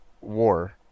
war